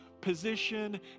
position